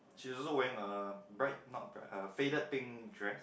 she also wearing a bright not bright her faded pink dress